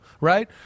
right